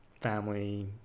family